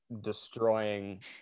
destroying